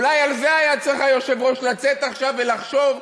אולי על זה היה צריך היושב-ראש לצאת עכשיו ולחשוב,